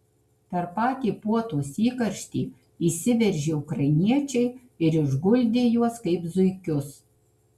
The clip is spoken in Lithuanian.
per patį puotos įkarštį įsiveržė ukrainiečiai ir išguldė juos kaip zuikius